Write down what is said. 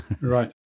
Right